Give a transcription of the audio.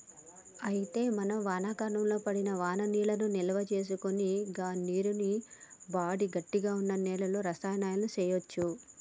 అయితే మనం వానాకాలంలో పడిన వాననీళ్లను నిల్వసేసుకొని గా నీరును వాడి గట్టిగా వున్న నేలలో యవసాయం సేయచ్చు